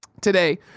Today